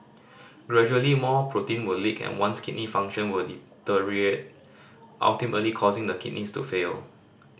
gradually more protein will leak and one's kidney function will deteriorate ultimately causing the kidneys to fail